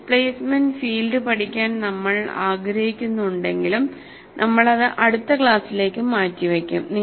displacement field പഠിക്കാൻ നമ്മൾ ആഗ്രഹിക്കുന്നുണ്ടെങ്കിലും നമ്മൾ അത് അടുത്ത ക്ലാസിലേക്ക് മാറ്റിവയ്ക്കും